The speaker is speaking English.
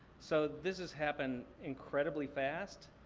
so this has happened incredibly fast.